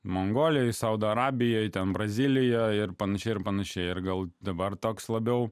mongolijoje saudo arabijoje ten brazilijoje ir panašiai ir panašiai ar gal dabar toks labiau